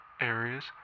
areas